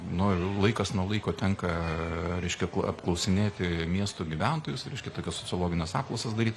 nu laikas nuo laiko tenka reiškia apklausinėti miestų gyventojus reiškia tokias sociologines apklausas daryt